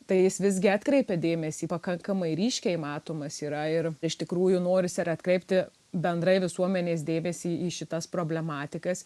tai jis visgi atkreipia dėmesį pakankamai ryškiai matomas yra ir iš tikrųjų norisi ir atkreipti bendrai visuomenės dėmesį į šitas problematikas